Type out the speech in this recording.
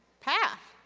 path.